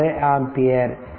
846 ampere